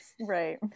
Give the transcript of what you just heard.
right